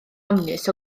ofnus